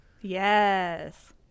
Yes